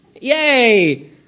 yay